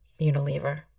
Unilever